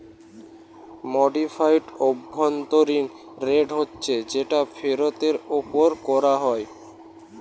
modified অভ্যন্তরীণ rate হচ্ছে যেটা ফিরতের উপর কোরা হয়